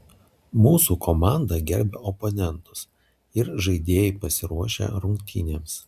mūsų komanda gerbia oponentus ir žaidėjai pasiruošę rungtynėms